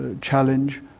challenge